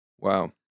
Wow